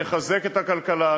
נחזק את הכלכלה,